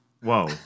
Whoa